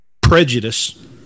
prejudice